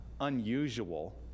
unusual